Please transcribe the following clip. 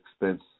expense